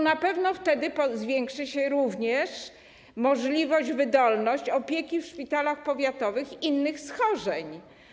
Na pewno wtedy zwiększyłyby się również możliwości, wydolność opieki w szpitalach powiatowych w przypadku innych schorzeń.